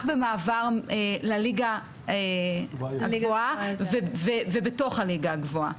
במעבר לליגה הגבוהה ובתוך הליגה הגבוהה,